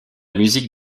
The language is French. musique